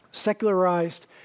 secularized